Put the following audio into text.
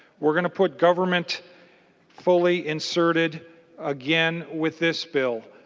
we are going to put government fully inserted again with this bill.